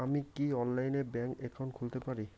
আমি কি অনলাইনে ব্যাংক একাউন্ট খুলতে পারি?